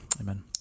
Amen